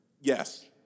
Yes